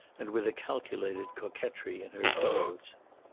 and with a calculated coquetry in her clothes.